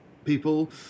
people